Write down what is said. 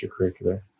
extracurricular